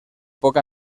poc